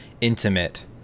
intimate